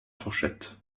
fourchette